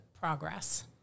progress